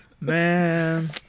Man